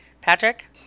Patrick